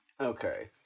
Okay